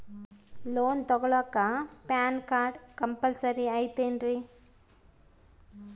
Loan ತೊಗೊಳ್ಳಾಕ PAN card compulsory ಐಯ್ತೇನ್ರಿ?